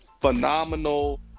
phenomenal